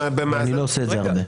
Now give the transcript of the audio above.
אני לא עושה את זה הרבה.